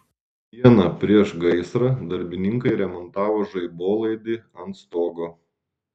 dieną prieš gaisrą darbininkai remontavo žaibolaidį ant stogo